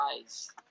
eyes